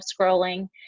scrolling